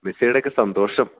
മെസ്സിയുടെയൊക്കെ സന്തോഷം